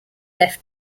left